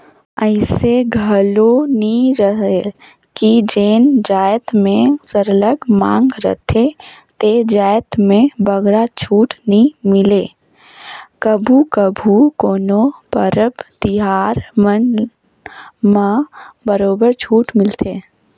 अइसे घलो नी रहें कि जेन जाएत के सरलग मांग रहथे ते जाएत में बगरा छूट नी मिले कभू कभू कोनो परब तिहार मन म बरोबर छूट मिलथे